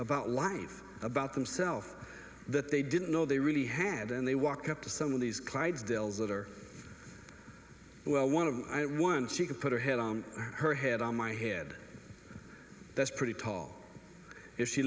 about life about themself that they didn't know they really had and they walk up to some of these clydesdales that are well one of them i have one she could put her head on her head on my head that's pretty tall if she